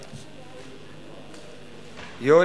יואל,